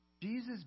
Jesus